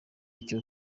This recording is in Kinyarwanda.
icyo